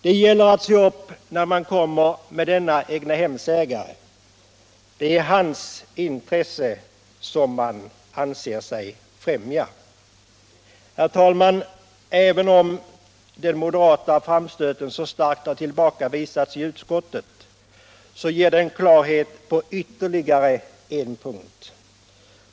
Det gäller att se upp när man kommer med denna egnahemsägare, det är hans intresse som man anser sig främja. Herr talman! Även om den moderata framstöten så starkt har tillbakavisats i utskottet ger den klarhet på ytterligare en punkt.